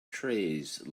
trays